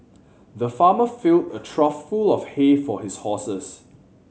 the farmer fill a trough full of hay for his horses